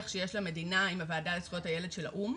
שיש למדינה עם הוועדה לזכויות הילד של האו"ם,